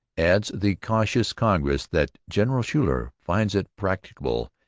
adds the cautious congress, that general schuyler finds it practicable,